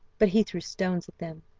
but he threw stones at them,